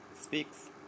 speaks